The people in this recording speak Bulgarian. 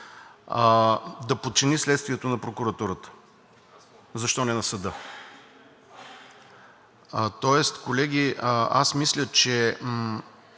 да подчини следствието на прокуратурата? Защо не на съда? Тоест, колеги, мисля, че